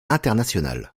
international